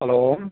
hello